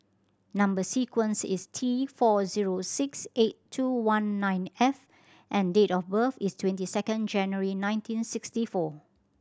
number sequence is T four zero six eight two one nine F and date of birth is twenty second January nineteen sixty four